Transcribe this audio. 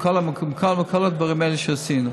בכל הדברים האלה שעושים,